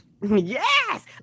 Yes